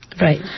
Right